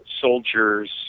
soldiers